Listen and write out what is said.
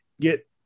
get